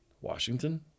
Washington